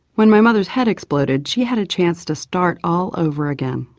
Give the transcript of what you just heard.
when my mother's head exploded she had a chance to start all over again,